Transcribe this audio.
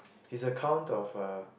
his account of uh